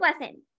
lesson